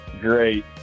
great